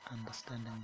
understanding